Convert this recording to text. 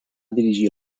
dirigir